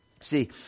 See